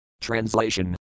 Translation